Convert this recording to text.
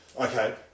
Okay